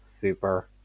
super